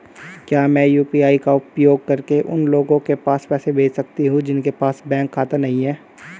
क्या मैं यू.पी.आई का उपयोग करके उन लोगों के पास पैसे भेज सकती हूँ जिनके पास बैंक खाता नहीं है?